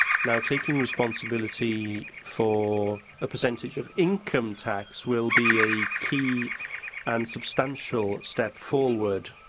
now, taking responsibility for a percentage of income tax will be a key and substantial step forward,